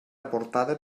aportada